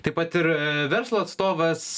taip pat ir verslo atstovas